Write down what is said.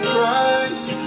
Christ